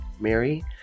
Mary